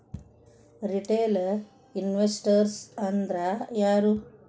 Retail investors ಅಂದ್ರಾ ಯಾರು?